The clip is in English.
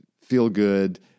feel-good